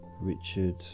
Richard